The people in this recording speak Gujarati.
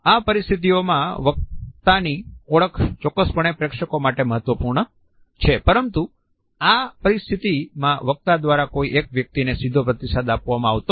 આ પરિસ્થિતિઓમાં વક્તાની ઓળખ ચોક્કસપણે પ્રેક્ષકો માટે મહત્વપૂર્ણ છે પરંતુ આ પરિસ્થિતિમાં વક્તા દ્વારા કોઈ એક વ્યક્તિને સીધો પ્રતિસાદ આપવામાં આવતો નથી